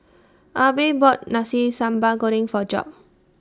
Abbey bought Nasi Sambal Goreng For Job